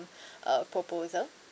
uh proposal